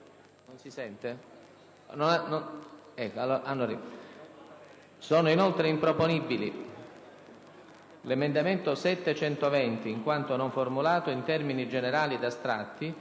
Sono inoltre improponibili l'emendamento 7.120, in quanto non formulato in termini generali ed astratti,